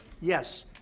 Yes